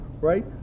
right